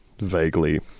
vaguely